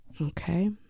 Okay